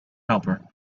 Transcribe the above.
helper